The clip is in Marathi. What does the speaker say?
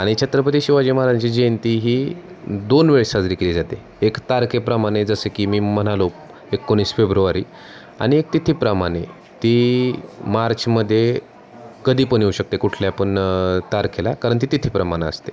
आणि छत्रपती शिवाजी महाराजांची जयंती ही दोन वेळेस साजरी केली जाते एक तारखेप्रमाणे जसं की मी म्हणालो एकोणीस फेब्रुवारी आणि एक तिथीप्रमाणे ती मार्चमध्ये कधी पण येऊ शकते कुठल्या पण तारखेला कारण ती तिथीप्रमाणे असते